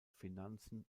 finanzen